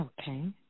Okay